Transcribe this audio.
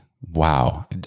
Wow